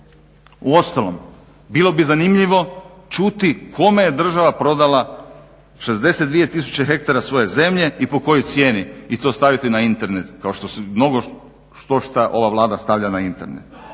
Uostalom, bilo bi zanimljivo čuti kome je država prodala 62 tisuće hektara svoje zemlje i po kojoj cijeni i to staviti na Internet kao što su mnogo štošta ova Vlada stavlja na Internet.